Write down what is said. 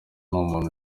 umuntu